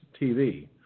TV